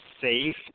safe